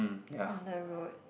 on the road